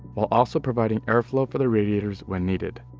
while also providing air flow for the radiators when needed.